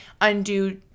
undo